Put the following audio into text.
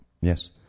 Yes